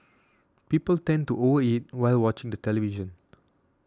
people tend to over eat while watching the television